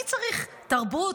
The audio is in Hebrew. מי צריך תרבות,